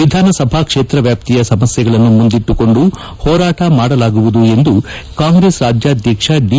ವಿಧಾನಸಭಾ ಕ್ಷೇತ್ರ ವ್ಯಾಪ್ತಿಯ ಸಮಸ್ಯೆಗಳನ್ನು ಮುಂದಿಟ್ಟು ಕೊಂಡು ಹೋರಾಟ ಮಾಡಲಾಗುವುದು ಎಂದು ಕಾಂಗ್ರೆಸ್ ರಾಜ್ಯಾಧ್ಯಕ್ಷ ದಿ